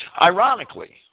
Ironically